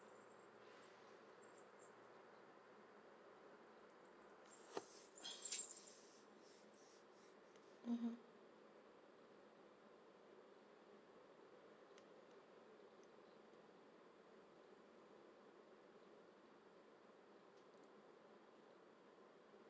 mmhmm